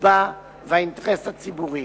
הנתבע והאינטרס הציבורי.